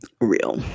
real